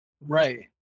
Right